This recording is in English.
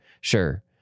Sure